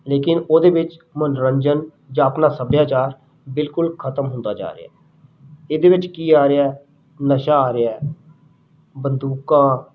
ਲੇਕਿਨ ਉਹਦੇ ਵਿੱਚ ਮਨੋਰੰਜਨ ਜਾਂ ਆਪਣਾ ਸੱਭਿਆਚਾਰ ਬਿਲਕੁਲ ਖਤਮ ਹੁੰਦਾ ਜਾ ਰਿਹਾ ਇਹਦੇ ਵਿੱਚ ਕੀ ਆ ਰਿਹਾ ਨਸ਼ਾ ਆ ਰਿਹਾ ਬੰਦੂਕਾਂ